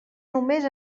només